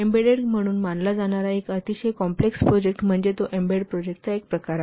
embedded म्हणून मानला जाणारा एक अतिशय कॉम्प्लेक्स प्रोजेक्ट म्हणजे तो एम्बेडेड प्रॉडक्ट चा एक प्रकार आहे